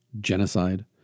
genocide